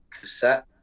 cassette